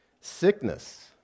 Sickness